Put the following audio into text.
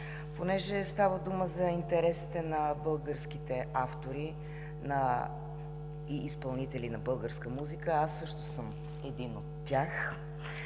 понеже става дума за интересите на българските автори и изпълнители на българска музика, а аз също съм един от тях,